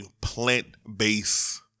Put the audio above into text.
plant-based